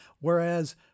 Whereas